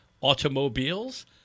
automobiles